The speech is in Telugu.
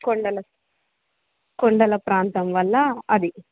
కొండల కొండల ప్రాంతం వల్లా అది